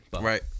right